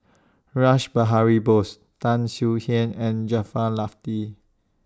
Rash Behari Bose Tan Swie Hian and Jaafar